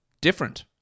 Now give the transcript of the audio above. different